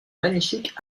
magnifique